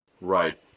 right